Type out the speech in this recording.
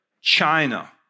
China